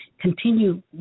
continue